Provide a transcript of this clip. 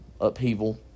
upheaval